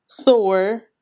Thor